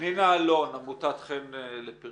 פנינה גולן, עמותת חן לפריון.